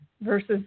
versus